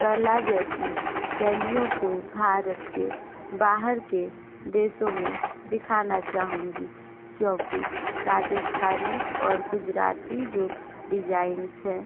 कला जैसी शैलियों को भारत के बाहर के देशों में दिखाना चाहूँगी क्योंकि राजस्थानी और गुजराती जो डिजाइंस है